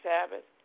Sabbath